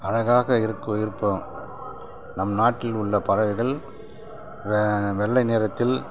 அழகாக இருக்கும் இருப்போம் நம் நாட்டிலுள்ள பறவைகள் வெள்ளை நிறத்தில்